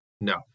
No